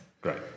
Great